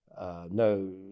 No